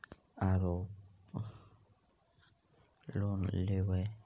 ओरापर लोन लेवै?